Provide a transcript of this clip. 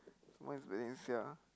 one is Valencia